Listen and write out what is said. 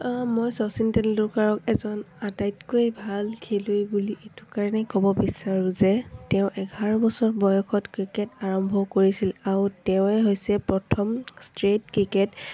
মই শচীন তেণ্ডুলকাৰক এজন আটাইতকৈ ভাল খেলুৱৈ বুলি এইটো কাৰণে ক'ব বিচাৰোঁ যে তেওঁ এঘাৰ বছৰ বয়সত ক্ৰিকেট আৰম্ভ কৰিছিল আৰু তেঁৱে হৈছে প্ৰথম ষ্ট্ৰেইট ক্ৰিকেট